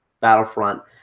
Battlefront